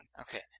Okay